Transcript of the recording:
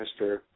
Mr